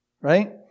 Right